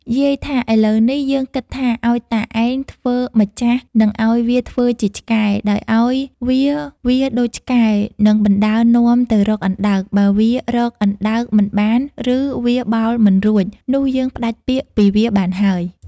យាយថាឥឡូវនេះយើងគិតថា ឱ្យតាឯងធ្វើម្ចាស់និងឱ្យវាធ្វើជាឆ្កែ ដោយឱ្យវាវារដូចឆ្កែនិងបណ្តើរនាំទៅរកអណ្ដើក បើវារកអណ្ដើកមិនបានឬវាបោលមិនរួច នោះយើងផ្តាច់ពាក្យពីវាបានហើយ។